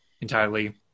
entirely